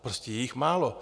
Prostě je jich málo.